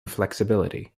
flexibility